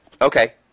Okay